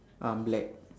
uh black